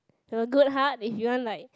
from a good heart if you want like